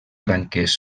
branques